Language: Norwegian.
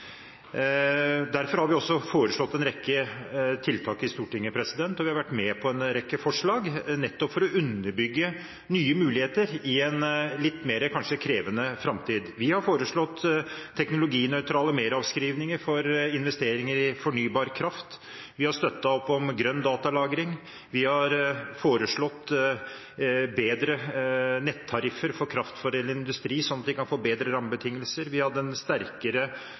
Derfor har vi også foreslått en rekke tiltak i Stortinget, og vi har vært med på en rekke forslag, nettopp for å underbygge nye muligheter i en kanskje litt mer krevende framtid. Vi har foreslått teknologinøytrale meravskrivninger for investeringer i fornybar kraft. Vi har støttet opp om grønn datalagring. Vi har foreslått bedre nettariffer for kraftforedlende industri, sånn at de kan få bedre rammebetingelser. Vi hadde en sterkere